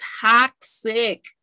toxic